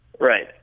Right